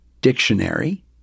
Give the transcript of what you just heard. dictionary